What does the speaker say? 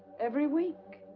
every week.